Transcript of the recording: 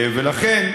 לכן,